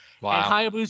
Wow